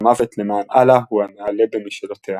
והמוות למען אללה הוא הנעלה במשאלותיה".